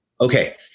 Okay